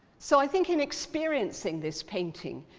so i think in experiencing this painting,